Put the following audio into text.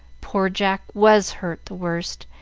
poor jack was hurt the worst,